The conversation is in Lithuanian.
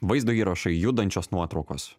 vaizdo įrašai judančios nuotraukos